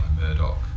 Murdoch